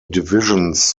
divisions